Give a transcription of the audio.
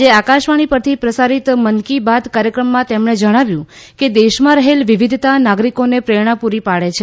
આજે આકાશવાણી પરથી પ્રસારિત મન કી બાત કાર્યક્રમમાં તેમણે જણાવ્યું કે દેશમાં રહેલ વિવિધતા નાગરીકોને પ્રેરણા પૂરી પાડે છે